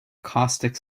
caustic